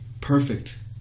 Perfect